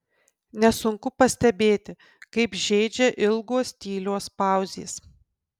nesunku pastebėti kaip žeidžia ilgos tylios pauzės